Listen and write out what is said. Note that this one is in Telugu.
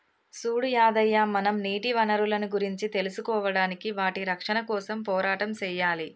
సూడు యాదయ్య మనం నీటి వనరులను గురించి తెలుసుకోడానికి వాటి రక్షణ కోసం పోరాటం సెయ్యాలి